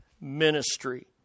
ministry